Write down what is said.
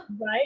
right